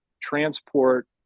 transport